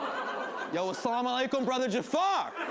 you know assalamualaikum, brother jafar.